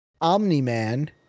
Omni-Man